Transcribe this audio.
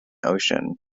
ocean